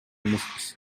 эмеспиз